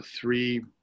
three